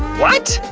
what?